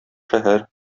шәһәр